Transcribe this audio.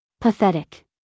Pathetic